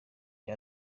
rya